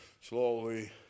slowly